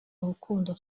urukundo